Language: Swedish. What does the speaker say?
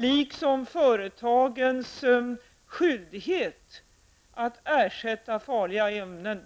Den innehåller en skyldighet för företagen att ersätta farliga ämnen